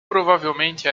provavelmente